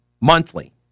Monthly